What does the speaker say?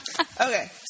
Okay